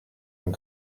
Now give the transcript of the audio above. ont